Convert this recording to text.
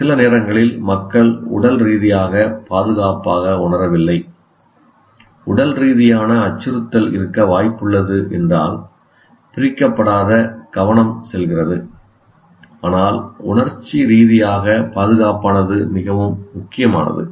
சில நேரங்களில் மக்கள் உடல் ரீதியாக பாதுகாப்பாக உணரவில்லை உடல் ரீதியான அச்சுறுத்தல் இருக்க வாய்ப்புள்ளது என்றால் பிரிக்கப்படாத கவனம் செல்கிறது ஆனால் உணர்ச்சி ரீதியாக பாதுகாப்பானது மிகவும் முக்கியமானது